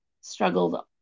struggled